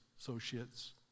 associates